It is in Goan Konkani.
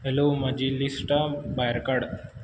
हॅलो म्हजीं लिस्टां भायर काड